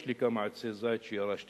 יש לי כמה עצי זית שירשתי.